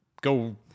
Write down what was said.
Go